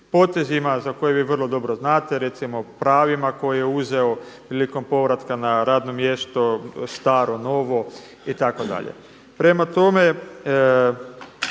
potezima za koje vi vrlo dobro znate, recimo pravima koje je uzeo prilikom povratka na radno mjesto, staro-novo itd.